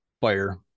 Fire